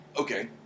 okay